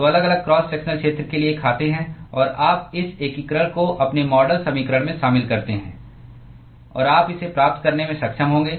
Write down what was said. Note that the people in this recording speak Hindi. तो अलग अलग क्रॉस सेक्शनल क्षेत्र के लिए खाते हैं और आप इस एकीकरण को अपने मॉडल समीकरण में शामिल करते हैं और आप इसे प्राप्त करने में सक्षम होंगे